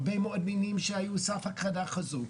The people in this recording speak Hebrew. הרבה מאוד מבינים שהיו על סף הכחדה חזו,